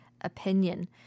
opinion